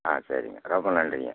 ஆ சரிங்க ரொம்ப நன்றிங்க